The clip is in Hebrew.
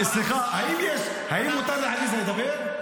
--- סליחה, האם מותר לעליזה לדבר?